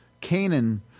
Canaan